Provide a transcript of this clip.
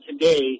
today